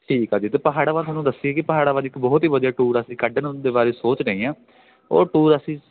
ਠੀਕ ਆ ਜੀ ਅਤੇ ਪਹਾੜਾਂ ਬਾਰੇ ਤੁਹਾਨੂੰ ਦੱਸੀ ਕਿ ਪਹਾੜਾਂ ਵੱਲ ਇੱਕ ਬਹੁਤ ਹੀ ਵਧੀਆ ਟੂਰ ਅਸੀਂ ਕੱਢਣ ਦੇ ਬਾਰੇ ਸੋਚ ਰਹੇ ਹਾਂ ਉਹ ਟੂਰ ਅਸੀਂ